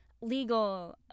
legal